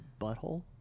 Butthole